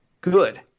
good